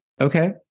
okay